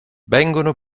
vengono